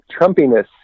trumpiness